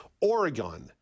Oregon